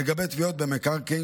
לגבי תביעות במקרקעין,